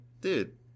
Dude